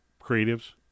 creatives